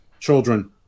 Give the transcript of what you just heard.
children